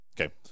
okay